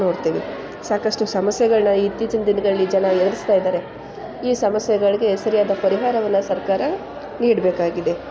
ನೋಡ್ತೇವೆ ಸಾಕಷ್ಟು ಸಮಸ್ಯೆಗಳನ್ನ ಇತ್ತೀಚಿನ ದಿನಗಳಲ್ಲಿ ಜನ ಎದುರಿಸ್ತಾ ಇದ್ದಾರೆ ಈ ಸಮಸ್ಯೆಗಳಿಗೆ ಸರಿಯಾದ ಪರಿಹಾರವನ್ನು ಸರ್ಕಾರ ನೀಡಬೇಕಾಗಿದೆ